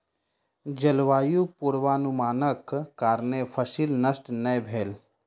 जलवायु पूर्वानुमानक कारणेँ फसिल नष्ट नै भेल